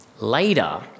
Later